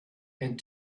and